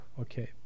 okay